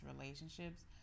relationships